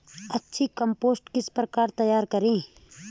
अच्छी कम्पोस्ट किस प्रकार तैयार करें?